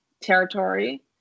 territory